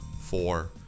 four